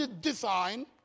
design